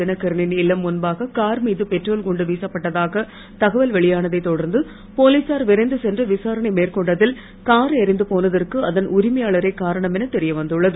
தினகரனின் இல்லம் முன்பாக கார் மீது பெட்ரோல் குண்டு வீசப்பட்டதாக தகவல் வெளியானதை தொடர்ந்து போலீசார் விரைந்து சென்று விசாரணை மேற்கொண்டதில் கார் எரிந்து போனதற்கு அதன் உரிமையாளரே காரணம் என தெரிய வந்துள்ளது